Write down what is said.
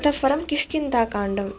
ततःपरम् किष्किन्धाकाण्डं